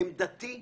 עמדתי היא,